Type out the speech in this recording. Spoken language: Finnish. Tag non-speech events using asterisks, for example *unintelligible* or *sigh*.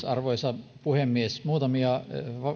*unintelligible* arvoisa puhemies muutamia